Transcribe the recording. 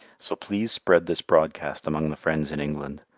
so please spread this broadcast among the friends in england.